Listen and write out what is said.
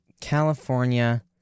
California